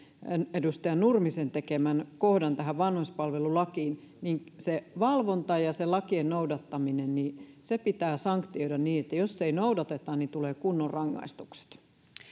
edustaja nurmisen tekemän kohdan vanhuspalvelulakiin niin se valvonta ja lakien noudattaminen pitää sanktioida niin että jos ei noudateta tulee kunnon rangaistukset